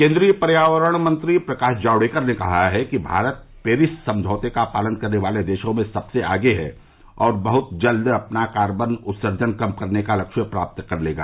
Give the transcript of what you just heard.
केन्द्रीय पर्यावरण मंत्री प्रकाश जावड़ेकर ने कहा है कि भारत पेरिस समझौते का पालन करने वाले देशों में सबसे आगे है और बहुत जल्द अपना कार्बन उत्सर्जन कम करने का लक्ष्य प्राप्त कर लेगा